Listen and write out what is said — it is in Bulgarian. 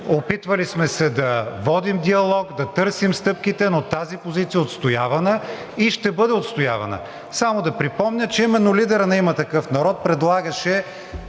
опитвали сме се да водим диалог, да търсим стъпките, но тази позиция е отстоявана и ще бъде отстоявана. Само да припомня, че именно лидерът на „Има такъв народ“ предлагаше